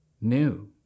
new